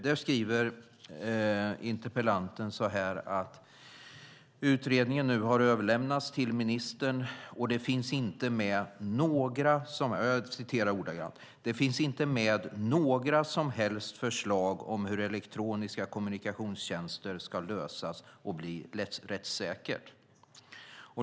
Där skriver hon så här: "Denna utredning har nu överlämnats till minister och det finns inte med några som helst förslag om hur elektroniska kommunikationstjänster ska lösas och bli rättssäkert."